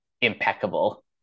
impeccable